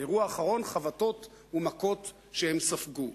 באירוע האחרון, מכות וחבטות שהם ספגו?